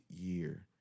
year